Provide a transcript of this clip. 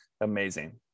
amazing